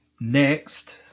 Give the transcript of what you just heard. next